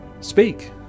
Speak